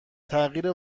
تغییر